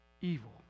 evil